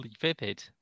vivid